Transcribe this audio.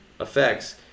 effects